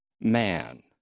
man